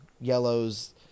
yellows